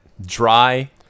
Dry